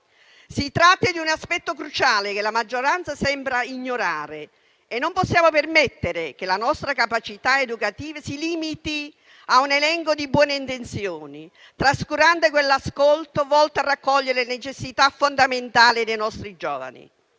Si tratta di un aspetto cruciale che la maggioranza sembra ignorare. E non possiamo permettere che la nostra capacità educativa si limiti a un elenco di buone intenzioni, trascurando quell'ascolto volto a raccogliere le necessità fondamentali dei nostri giovani.